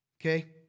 okay